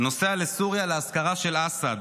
נוסע לסוריה לאזכרה של אסד